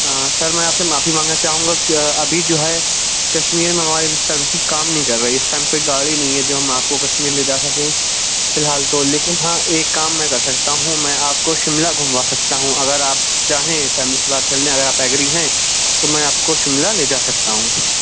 ہاں سر میں آپ سے معافی مانگنا چاہوں گا کہ ابھی جو ہے کشمیر میں ہماری ابھی سرویسز کام نہیں کر رہی ہیں اس ٹائم کوئی گاڑی نہیں ہے جو ہم آپ کو کشمیر لے جا سکیں فی الحال تو لیکن ہاں ایک کام میں کر سکتا ہوں میں آپ کو شملہ گھموا سکتا ہوں اگر آپ چاہیں فیملی سے بات کرلیں اگر آپ ایگری ہیں تو میں آپ کو شملہ لے جا سکتا ہوں